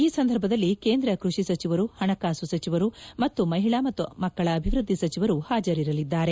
ಈ ಸಂದರ್ಭದಲ್ಲಿ ಕೇಂದ್ರ ಕೃಷಿ ಸಚಿವರು ಹಣಕಾಸು ಸಚಿವರು ಮತ್ತು ಮಹಿಳಾ ಮತ್ತು ಮಕ್ಕಳ ಅಭಿವ್ವದ್ದಿ ಸಚಿವರು ಹಾಜರಿರಲಿದ್ದಾರೆ